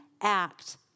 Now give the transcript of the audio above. act